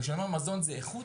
וכשאני אומר מזון זה איכות,